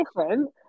different